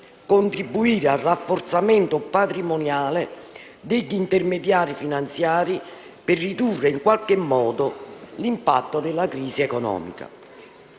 contribuire al rafforzamento patrimoniale degli intermediari finanziari, per ridurre, in qualche modo, l'impatto della crisi economica.